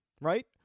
right